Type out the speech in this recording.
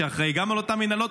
שגם הוא אחראי על אותן מנהלות.